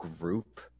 group